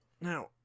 Now